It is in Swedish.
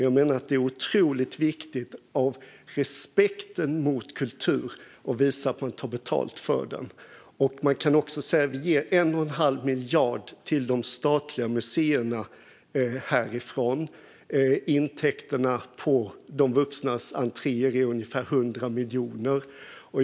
Jag menar att det är otroligt viktigt av respekt mot kulturen att visa att man tar betalt för den. Vi ger 1 1⁄2 miljard till de statliga museerna härifrån. Intäkterna från de vuxnas entréer är ungefär 100 miljoner.